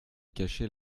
cacher